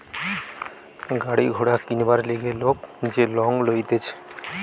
গাড়ি ঘোড়া কিনবার লিগে লোক যে লং লইতেছে